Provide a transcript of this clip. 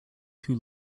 too